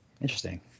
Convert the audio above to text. Interesting